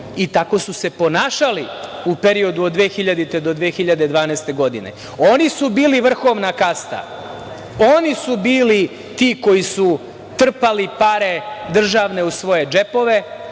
I tako su se ponašali u periodu od 2000. godine do 2012. godine. Oni su bili vrhovna kasta. Oni su bili ti koji su trpali državne pare u svoje džepove,